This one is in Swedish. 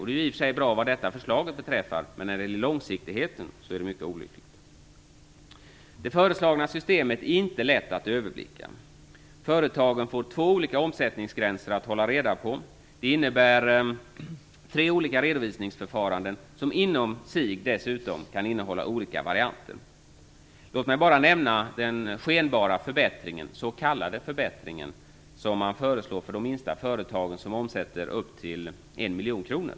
Det är i och för sig bra vad detta förslag beträffar, men när det gäller långsiktigheten är det mycket olyckligt. Det föreslagna systemet är inte lätt att överblicka. Företagen får två olika omsättningsgränser att hålla reda på. Det innebär tre olika redovisningsförfaranden som inom sig dessutom kan innehålla olika varianter. Låt mig bara nämna detta med den skenbara "förbättring" som förslås för de minsta företagen, de som omsätter upp till 1 miljon kronor.